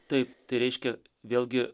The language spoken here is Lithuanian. taip tai reiškia vėlgi